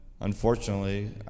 unfortunately